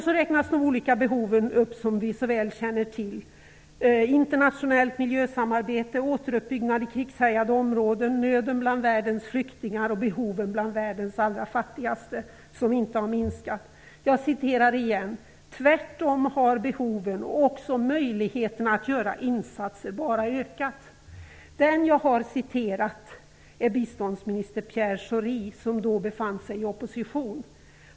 Så räknas de olika behov som vi så väl känner till upp: internationellt miljösamarbete, återuppbyggnad av krigshärjade områden, nöden bland världens flyktingar och behoven bland världens allra fattigaste - som inte har minskat. Jag citerar igen: "Tvärtom har behoven, och också möjligheterna, att göra insatser bara ökat." Den jag har citerat är biståndsminister Pierre Schori, som då befann sig i opposition.